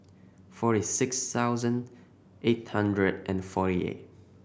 forty six thousand eight hundred and forty eight